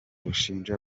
rushinja